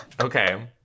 Okay